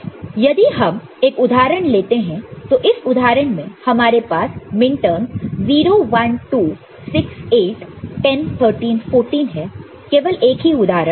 YFABCDm01268101314 यदि हम यह उदाहरण लेते हैं तो इस उदाहरण में हमारे पास मिनटर्म्स 0 1 2 6 8 10 13 14 है केवल एक ही उदाहरण